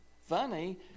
funny